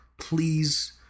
please